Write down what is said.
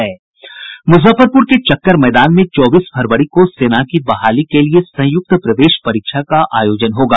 मुजफ्फरपुर के चक्कर मैदान में चौबीस फरवरी को सेना में बहाली के लिए संयुक्त प्रवेश परीक्षा का आयोजन होगा